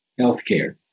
healthcare